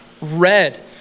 red